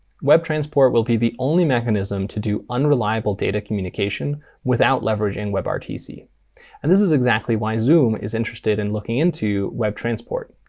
webtransport will be the only mechanism to do unreliable data communication without leveraging webrtc. and and this is exactly why zoom is interested in looking into webtransport,